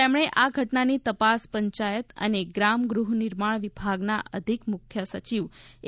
તેમણે આ ઘટનાની તપાસ પંચાયત અને ગ્રામ ગૃહ નિર્માણ વિભાગના અધિક મુખ્ય સચિવ એ